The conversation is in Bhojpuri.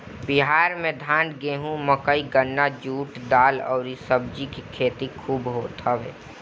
बिहार में धान, गेंहू, मकई, गन्ना, जुट, दाल अउरी सब्जी के खेती खूब होत हवे